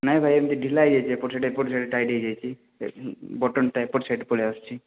ନାଇଁ ଭାଇ ଏମିତି ଢିଲା ହେଇଯାଇଛି ଏପଟ ସାଇଟ୍ ଏପଟ ସାଇଟ୍ ଟାଇଟ୍ ହେଇଯାଇଛି ବଟନଟା ଏପଟ ସାଇଟ୍ ପଳେଇ ଆସୁଛି